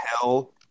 tell